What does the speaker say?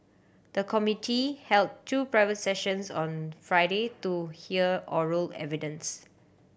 the committee held two private sessions on Friday to hear oral evidence